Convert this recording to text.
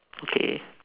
okay